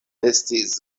estis